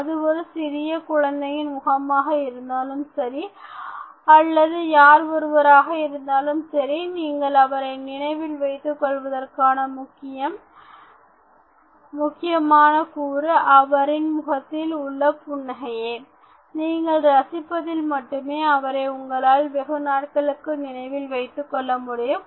அது ஒரு சிறிய குழந்தையின் முகமாக இருந்தாலும் சரி அல்லது யார் ஒருவராக இருந்தாலும் சரி நீங்கள் அவரை நினைவில் வைத்துக் கொள்வதற்கான முக்கியமான கூறு அவரின் முகத்தில் உள்ள புன்னகையை நீங்கள் ரசிப்பதில் மட்டுமே அவரை உங்களால் வெகுநாட்களுக்கு நினைவில் வைத்துக்கொள்ள முடிகிறது